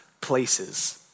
places